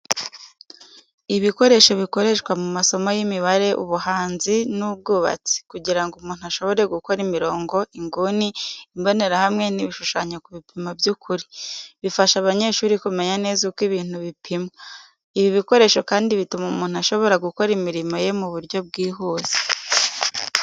Ibikoresho bikoreshwa mu masomo y'imibare, ubuhanzi n'ubwubatsi, kugira ngo umuntu ashobore gukora imirongo, inguni, imbonerahamwe, n’ibishushanyo ku bipimo by'ukuri. Bifasha abanyeshuri kumenya neza uko ibintu bipimwa. Ibi bikoresho kandi bituma umuntu ashobora gukora imirimo ye mu buryo bwihuse.